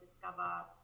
discover